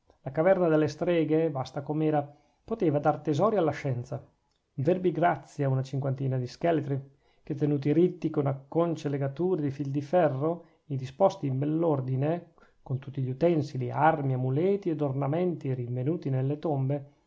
la caverna delle streghe vasta com'era poteva dar tesori alla scienza verbigrazia una cinquantina di scheletri che tenuti ritti con acconcie legature di fil di ferro e disposti in bell'ordine con tutti gli utensili armi amuleti ed ornamenti rinvenuti nelle tombe